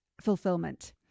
fulfillment